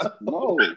no